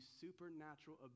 supernatural